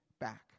back